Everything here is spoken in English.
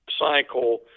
cycle